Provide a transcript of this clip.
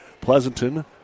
Pleasanton